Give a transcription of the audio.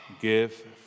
give